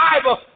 Bible